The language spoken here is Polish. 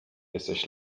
jesteś